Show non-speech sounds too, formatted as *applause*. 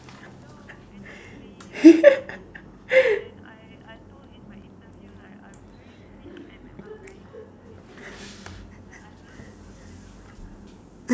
*laughs*